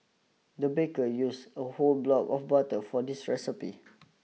the baker used a whole block of butter for this recipe